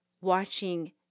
watching